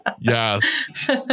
yes